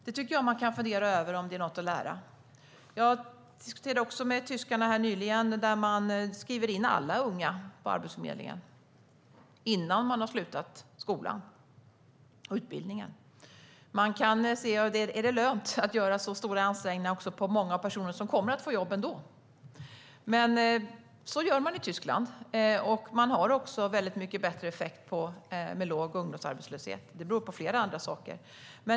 Här tycker jag att vi kan fundera över om vi har något att lära av Tyskland. Jag diskuterade nyligen med tyskarna, som skriver in alla unga på arbetsförmedlingen innan de har slutat skolan och utbildningen. Man kan fråga sig om det är lönt att göra så stora ansträngningar för många personer som kommer att få jobb ändå, men så gör de i Tyskland. Det har en väldigt god effekt i form av låg ungdomsarbetslöshet, men det beror också på flera andra saker.